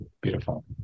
beautiful